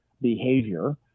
behavior